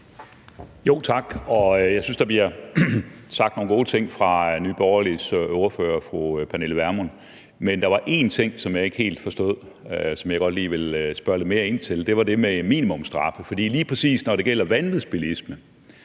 Tak. Jeg synes, der bliver sagt nogle gode ting af Nye Borgerliges ordfører, fru Pernille Vermund, men der var én ting, som jeg ikke helt forstod, og som jeg godt lige vil spørge lidt mere ind til. Det var det med minimumsstraffe, for lige præcis når det gælder vanvidsbilisme,